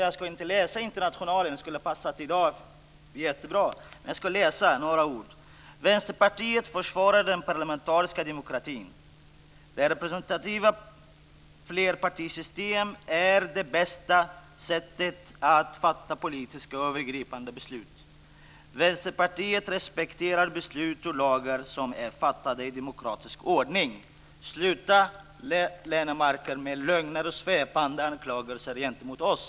Jag ska inte läsa Internationalen, även om det skulle ha passat jättebra i dag, men jag ska läsa några ord ur partiprogrammet: "Det representativa flerpartisystemet är det bästa sättet att fatta övergripande beslut -." "Vänsterpartiet respekterar beslut och lagar som är fattade i demokratisk ordning." Sluta, Göran Lennmarker, med lögner och svepande anklagelser gentemot oss!